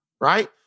right